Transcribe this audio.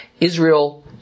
Israel